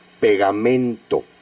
pegamento